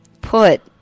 put